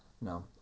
No